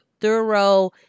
thorough